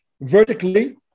vertically